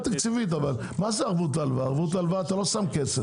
תקציבית אבל בערבות הלוואה אתה לא שם כסף.